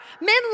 Men